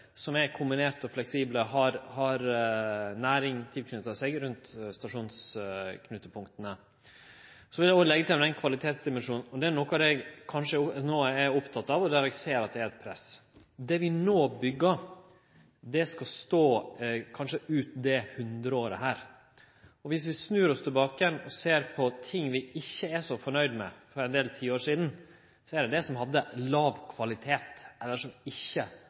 som er kombinerte og fleksible og har næring knytt til seg, rundt stasjonsknutepunkta. Så vil eg òg leggje til når det gjeld kvalitetsdimensjonen, og det er noko av det eg no er oppteken av, og der eg ser at det er eit press: Det vi no byggjer, skal stå kanskje ut dette hundreåret. Dersom vi snur oss og ser tilbake på ting vi ikkje er så fornøgde med frå ein del tiår sidan, er det det som hadde låg kvalitet, og der vi ikkje